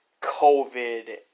COVID